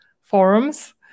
forums